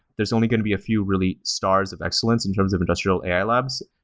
there's only going to be a few really stars of excellence in terms of industrial a i. labs,